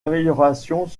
améliorations